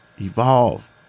evolve